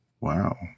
Wow